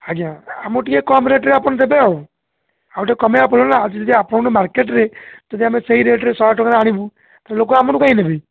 ଆଜ୍ଞା ଆମକୁ ଟିକିଏ କମ୍ ରେଟ୍ରେ ଆପଣ ଦେବେ ଆଉ ଆଉ ଟିକିଏ କମାଇବେ ଆପଣ ହେଲା ଯଦି ଆପଣଙ୍କ ମାର୍କେଟ୍ରେ ଯଦି ଆମେ ସେହି ରେଟ୍ରେ ଶହେ ଟଙ୍କାରେ ଆଣିବୁ ତା'ହେଲେ ଲୋକ ଆପଣ କାଇଁ ନେବେ